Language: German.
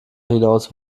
hinaus